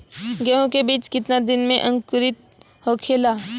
गेहूँ के बिज कितना दिन में अंकुरित होखेला?